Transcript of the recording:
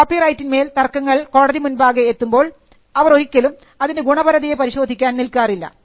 കോപ്പിറൈറ്റിന്മേലുള്ള തർക്കങ്ങൾ കോടതി മുൻപാകെ എത്തുമ്പോൾ അവർ ഒരിക്കലും അതിൻറെ ഗുണപരതയെ പരിശോധിക്കാൻ നിൽക്കാറില്ല